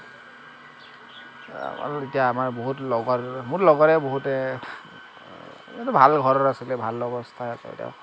আৰু এতিয়া আমাৰ বহুত লগৰ মোৰ লগৰে বহুতে সিহঁতে ভাল ঘৰৰ আছিলে ভাল অৱস্থা